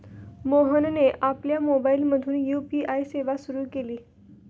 मोहनने आपल्या मोबाइलमधून यू.पी.आय सेवा सुरू केली